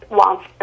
wants